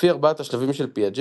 לפי 4 השלבים של Piaget